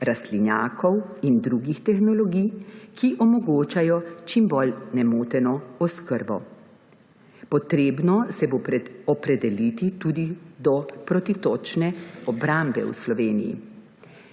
rastlinjakov in drugih tehnologij, ki omogočajo čim bolj nemoteno oskrbo. Treba se bo opredeliti tudi do protitočne obrambe v Sloveniji.